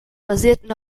basierten